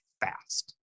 fast